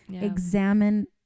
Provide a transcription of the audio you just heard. Examine